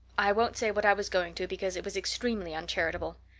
i won't say what i was going to because it was extremely uncharitable.